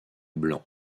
blanc